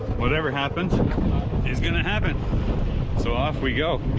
whatever happens is gonna happen so off we go